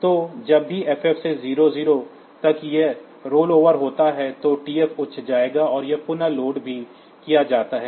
तो जब भी FF से 00 तक एक रोलओवर होता है तो टीएफ उच्च जाएगा और यह पुनः लोड भी किया जाता है